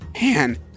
Man